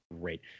Great